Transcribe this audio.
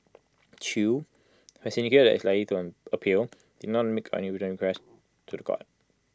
chew who has indicated that he is likely to appeal did not make any written to The Court